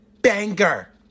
banger